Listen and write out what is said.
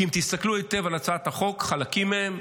כי אם תסתכלו היטב על הצעות החוק, חלקים מהן,